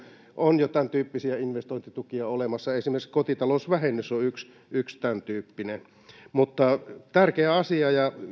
on jo tämäntyyppisiä investointitukia olemassa esimerkiksi kotitalousvähennys on yksi yksi tämäntyyppinen tärkeä asia ja